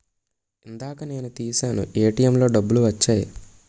ఇందాక నేను తీశాను ఏటీఎంలో డబ్బులు వచ్చాయి